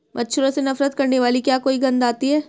मच्छरों से नफरत करने वाली क्या कोई गंध आती है?